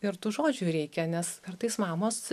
ir tų žodžių reikia nes kartais mamos